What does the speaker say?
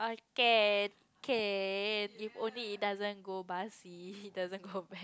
okay can can if only it doesn't go pass it doesn't go back